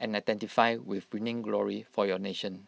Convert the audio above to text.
and identify with winning glory for your nation